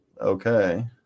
okay